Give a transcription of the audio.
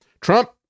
Trump